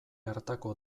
hartako